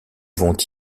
vont